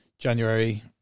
January